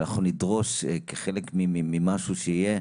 שאנחנו נדרוש כחלק ממשהו שיהיה,